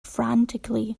frantically